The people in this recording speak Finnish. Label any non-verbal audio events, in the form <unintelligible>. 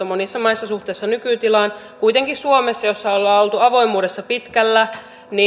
<unintelligible> monissa maissa suhteessa nykytilaan kuitenkin suomessa jossa ollaan oltu avoimuudessa pitkällä